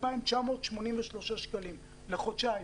2,983 שקלים לחודשיים.